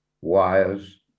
wires